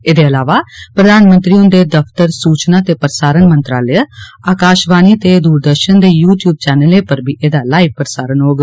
एह्दे अलावा प्रधानमंत्री हुंदे दफ्तर सूचना ते प्रसारण मंत्रालय आकाशवाणी ते दूरदर्शन देश यू ट्यूब चैनलें पर बी एह्दा लाईव प्रसारण होग